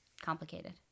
complicated